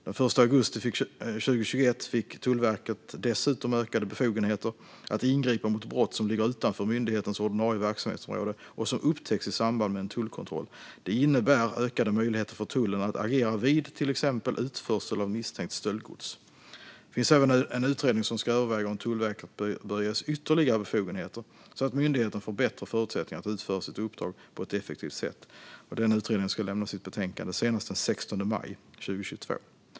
Den 1 augusti 2021 fick Tullverket dessutom ökade befogenheter att ingripa mot brott som ligger utanför myndighetens ordinarie verksamhetsområde och som upptäcks i samband med en tullkontroll. Det innebär ökade möjligheter för tullen att agera vid till exempel utförsel av misstänkt stöldgods. Det finns även en utredning som ska överväga om Tullverket bör ges ytterligare befogenheter, så att myndigheten får bättre förutsättningar att utföra sitt uppdrag på ett effektivt sätt. Den utredningen ska lämna sitt betänkande senast den 16 maj 2022.